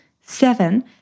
seven